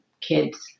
kids